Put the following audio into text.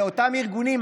לאותם ארגונים,